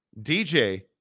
DJ